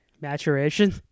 maturation